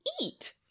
eat